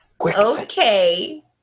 Okay